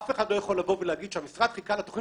אף אחד לא יכול לבוא ולהגיד שהמשרד חיכה לתכנית